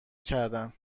کردن